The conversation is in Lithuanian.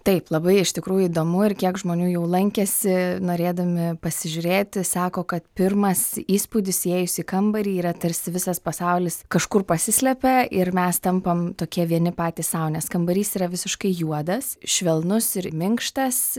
taip labai iš tikrųjų įdomu ir kiek žmonių jau lankėsi norėdami pasižiūrėti sako kad pirmas įspūdis įėjus į kambarį yra tarsi visas pasaulis kažkur pasislepia ir mes tampam tokie vieni patys sau nes kambarys yra visiškai juodas švelnus ir minkštas